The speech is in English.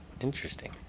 Interesting